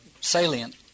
salient